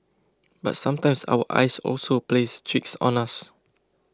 but sometimes our eyes also plays tricks on us